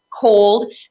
cold